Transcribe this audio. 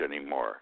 anymore